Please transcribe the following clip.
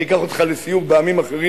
אני אקח אותך לסיור בעמים אחרים,